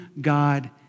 God